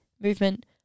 movement